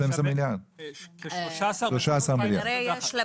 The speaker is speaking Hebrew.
כ-13 מיליארד.